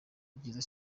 byiza